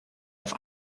auf